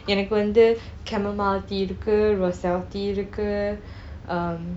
எனக்கு வந்து:enakku vanthu chamomile tea இருக்கு:irukku roselle tea இருக்கு:irukku um